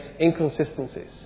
inconsistencies